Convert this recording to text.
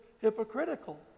hypocritical